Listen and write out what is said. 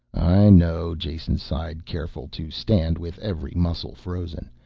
know, jason sighed, careful to stand with every muscle frozen.